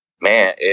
Man